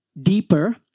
deeper